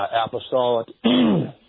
apostolic